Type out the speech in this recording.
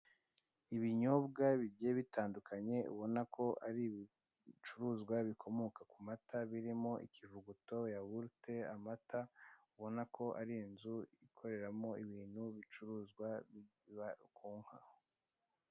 Ibinyobwa bigiye bitandukanye, ubonako ari ibcuruzwa bikomoka ku mata birimo ikivuguto, yawurute, amata ubona ko ari inzu ikoreramo ibintu bicuruzwa biva mu nka.